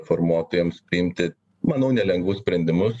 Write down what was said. formuotojams priimti manau nelengvus sprendimus